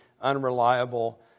unreliable